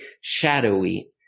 shadowy